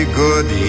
good